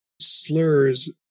slurs